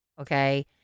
Okay